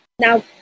Now